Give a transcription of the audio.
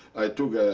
i took